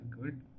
good